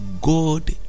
God